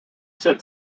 sent